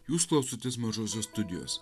jūs klausotės mažosios studijos